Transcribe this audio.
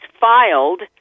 filed